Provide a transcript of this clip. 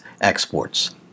exports